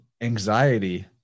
anxiety